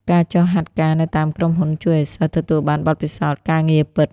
ការចុះហាត់ការនៅតាមក្រុមហ៊ុនជួយឱ្យសិស្សទទួលបានបទពិសោធន៍ការងារពិត។